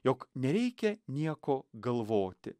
jog nereikia nieko galvoti